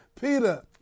Peter